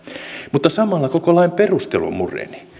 mutta samalla koko lain perustelu mureni